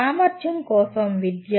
సామర్ధ్యం కోసం విద్య